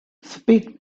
speak